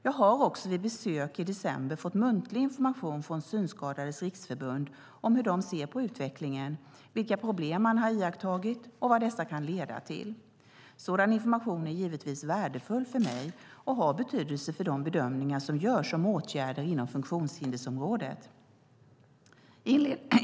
Jag har också vid besök i december fått muntlig information från Synskadades Riksförbund om hur de ser på utvecklingen, vilka problem man har iakttagit och vad dessa kan leda till. Sådan information är givetvis värdefull för mig och har betydelse för de bedömningar som görs av åtgärder inom funktionshindersområdet.